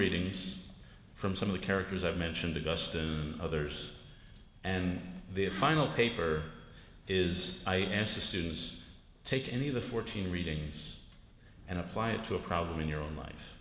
readings from some of the characters i've mentioned augusta and others and their final paper is i asked the students take any of the fourteen readings and apply it to a problem in your own life